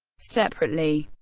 separately,